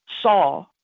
saw